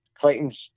Clayton's